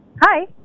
hi